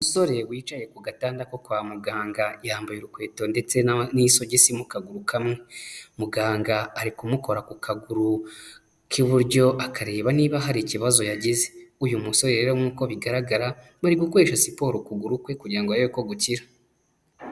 Umusore wicaye ku gatanda ko kwa muganga, yambaye urukweto ndetse n'isogisi mu kaguru kamwe, muganga ari kumukora ku kaguru k'iburyo, akareba niba hari ikibazo yagize, uyu musore rero nk'uko bigaragara, bari gukoresha siporo ukuguru kwe kugira ngo abe ko gukira.